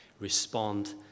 respond